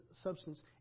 substance